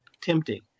tempting